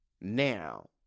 now